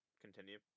Continue